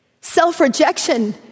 Self-rejection